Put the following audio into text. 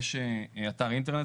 יש אתר אינטרנט,